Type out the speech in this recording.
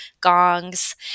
gongs